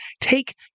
take